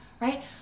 right